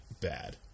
Bad